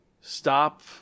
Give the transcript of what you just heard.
Stop